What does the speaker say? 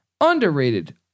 underrated